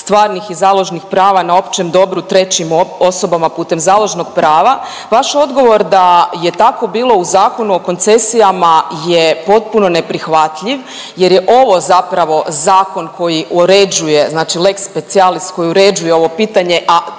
stvarnih i založnih prava na općem dobru trećim osobama putem založnog prava, vaš odgovor da je tako bilo u Zakonu o koncesijama je potpuno neprihvatljiv jer je ovo zapravo zakon koji uređuje znači lex specialis koji uređuje ovo pitanje,